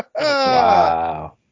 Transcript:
Wow